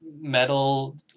metal